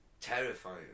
terrifying